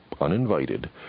uninvited